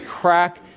crack